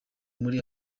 muri